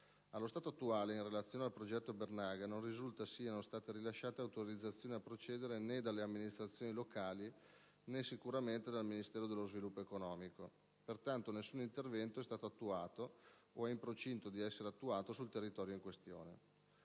Allo stato attuale, in relazione al progetto Bernaga, non risulta siano state rilasciate autorizzazioni a procedere né dalle amministrazioni locali, né sicuramente dal Ministero dello sviluppo economico, pertanto nessun intervento è stato attuato o è in procinto di essere attuato sul territorio in questione.